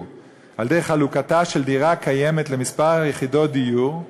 על-ידי חלוקתה של דירה קיימת לכמה יחידות דיור,